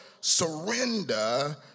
surrender